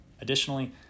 Additionally